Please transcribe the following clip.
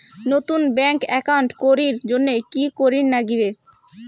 নতুন bank account করির জন্যে কি করিব নাগিবে?